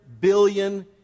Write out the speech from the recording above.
billion